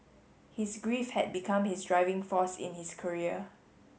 his grief had become his driving force in his career